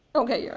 okay, your